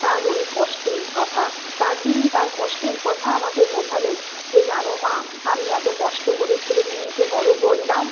তার ওই কষ্টের কথা তার তিনি তার কষ্টের কথা আমাকে বোঝালেন যে জানো মা আমি এত কষ্ট করে ছেলে মেয়েকে বড় করলাম